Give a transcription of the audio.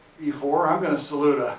e four, i'm going to salute.